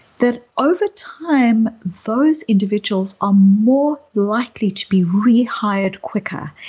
that over time those individuals are more likely to be rehired quicker.